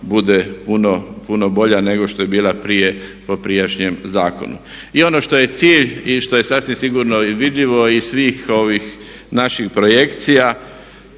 bude puno bolja nego što je bila prije po prijašnjem zakonu. I ono što je cilj i što je sasvim sigurno i vidljivo iz svih ovih naših projekcija